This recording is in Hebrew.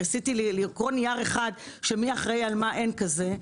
ניסיתי לקרוא נייר אחד שאומר מי אחראי על מה אין כזה.